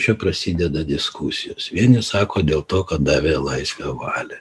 čia prasideda diskusijos vieni sako dėl to kad davė laisvę valią